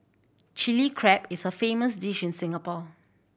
Chilli Crab is a famous dish in Singapore